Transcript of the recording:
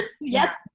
Yes